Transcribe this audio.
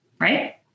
right